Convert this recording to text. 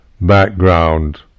background